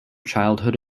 childhood